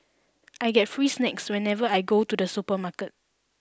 I get free snacks whenever I go to the supermarket